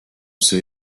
see